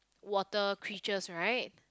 water creatures right